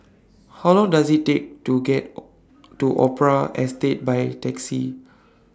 How Long Does IT Take to get to Opera Estate By Taxi